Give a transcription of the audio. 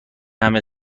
همه